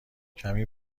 کمی